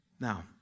Now